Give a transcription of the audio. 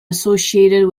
associated